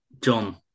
john